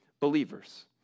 believers